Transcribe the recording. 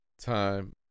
time